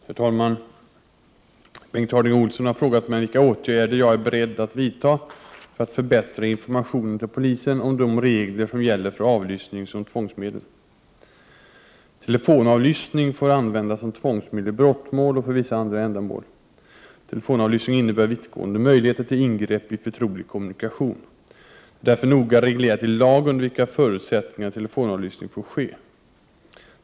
Herr talman! Bengt Harding Olson har frågat mig vilka åtgärder jag är beredd att vidta för att förbättra informationen till polisen om de regler som gäller för avlyssning som tvångsmedel. Telefonavlyssning får användas som tvångsmedel i brottmål och för vissa andra ändamål. Telefonavlyssning innebär vittgående möjligheter till ingreppi förtrolig kommunikation. Det är därför noga reglerat i lag under vilka förutsättningar telefonavlyssning får ske.